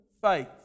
faith